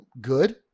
good